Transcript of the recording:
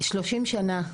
30 שנה,